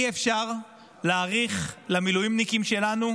אי-אפשר להאריך למילואימניקים שלנו,